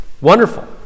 wonderful